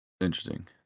Interesting